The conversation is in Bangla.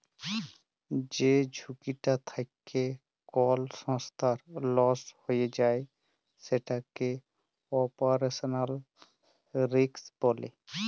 যে ঝুঁকিটা থ্যাকে কল সংস্থার লস হঁয়ে যায় সেটকে অপারেশলাল রিস্ক ব্যলে